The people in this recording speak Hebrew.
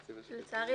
לצערי,